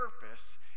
purpose